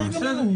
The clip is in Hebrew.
בסדר.